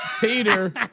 Peter